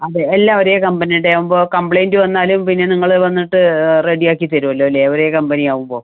അതെ എല്ലാം ഒരേ കമ്പനിയുടെ ആകുമ്പോൾ കംപ്ലയിൻറ്റ് വന്നാലും പിന്നെ നിങ്ങൾ വന്നിട്ട് റെഡി ആക്കി തരുമല്ലോ അല്ലേ ഒരേ കമ്പനി ആകുമ്പോൾ